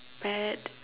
bad